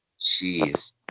Jeez